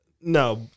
No